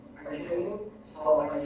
who call